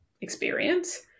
experience